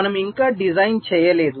మనము ఇంకా డిజైన్ చేయలేదు